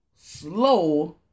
slow